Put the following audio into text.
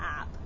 app